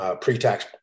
pre-tax